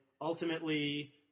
ultimately